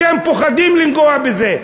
אתם פוחדים לנגוע בזה.